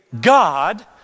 God